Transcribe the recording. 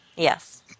Yes